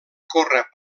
córrer